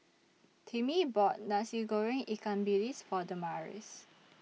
Timmie bought Nasi Goreng Ikan Bilis For Damaris